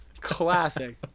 Classic